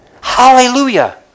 Hallelujah